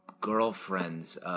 girlfriends